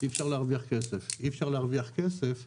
אי אפשר להרוויח כסף וכשאי אפשר להרוויח כסף,